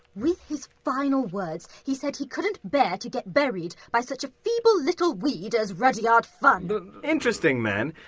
with his final words he said he couldn't bear to get buried by such a feeble little weed as rudyard funn. but an interesting man.